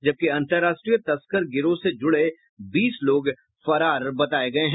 जबकि अंतरराष्ट्रीय तस्कर गिरोह से जुड़े बीस लोग फरार बताये गये हैं